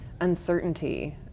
uncertainty